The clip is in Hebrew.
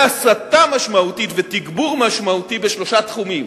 והסטה משמעותית ותגבור משמעותי בשלושה תחומים: